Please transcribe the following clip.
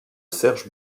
serge